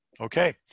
Okay